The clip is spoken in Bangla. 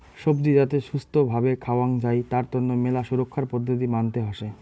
সবজি যাতে ছুস্থ্য ভাবে খাওয়াং যাই তার তন্ন মেলা সুরক্ষার পদ্ধতি মানতে হসে